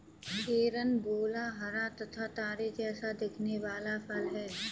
carambola हरा तथा तारे जैसा दिखने वाला फल है